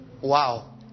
Wow